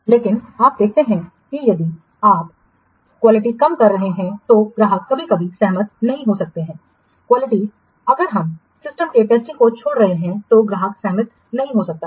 लेकिन आप देखते हैं कि यदि आप कम कर रहे हैं तो ग्राहक कभी कभी सहमत नहीं हो सकते हैं क्वालिटी अगर हम सिस्टम के टेस्टिंग को छोड़ रहे हैं तो ग्राहक सहमत नहीं हो सकता है